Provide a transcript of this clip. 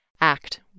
ACT